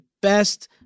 best